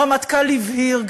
הרמטכ"ל הבהיר,